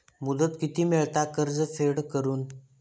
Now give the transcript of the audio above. मुदत किती मेळता कर्ज फेड करून?